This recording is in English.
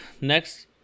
next